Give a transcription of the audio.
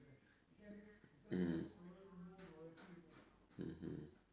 mm mmhmm